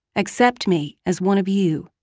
accept me as one of you,